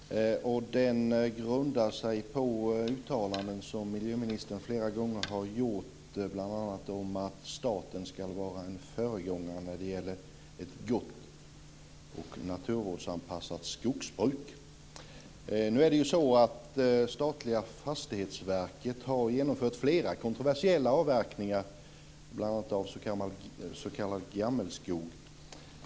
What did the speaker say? Fru talman! Jag har en fråga till miljöministern, och den grundar sig på uttalanden som miljöministern flera gånger har gjort om att staten ska vara en föregångare när det gäller ett gott och naturvårdsanpassat skogsbruk. Det statliga Fastighetsverket har genomfört flera kontroversiella avverkningar, bl.a. av s.k. gammelskog.